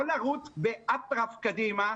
לא לרוץ באטרף קדימה.